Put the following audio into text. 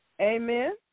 Amen